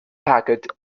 packard